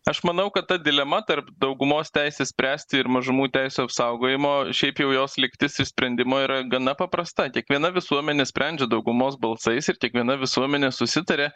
aš manau kad ta dilema tarp daugumos teisės spręsti ir mažumų teisių apsaugojimo šiaip jau jos lygtis išsprendimo yra gana paprasta kiekviena visuomenė sprendžia daugumos balsais ir kiekviena visuomenė susitaria